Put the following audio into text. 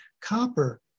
copper